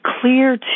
clear